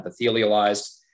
epithelialized